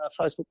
Facebook